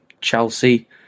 Chelsea